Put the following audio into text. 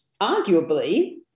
arguably